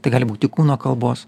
tai gali būti kūno kalbos